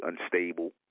unstable